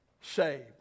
saved